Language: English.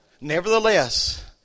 Nevertheless